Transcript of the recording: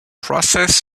process